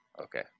Okay